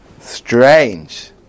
Strange